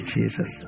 Jesus